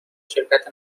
شرکت